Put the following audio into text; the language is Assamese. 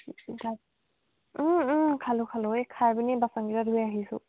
খালো খালো এই খাই পিনি বাচনকেইটা ধুই আহিছোঁ